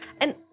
And-